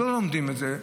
אז לא לומדים את זה,